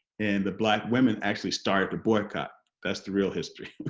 and the black women actually started the boycott that's the real history!